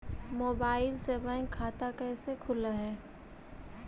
Mobile से bank खाता कैसे खुल है?